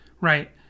Right